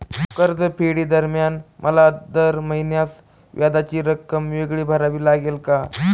कर्जफेडीदरम्यान मला दर महिन्यास व्याजाची रक्कम वेगळी भरावी लागेल का?